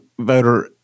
voter